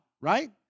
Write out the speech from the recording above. right